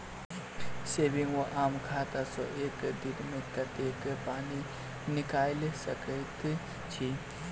Saving वा आम खाता सँ एक दिनमे कतेक पानि निकाइल सकैत छी?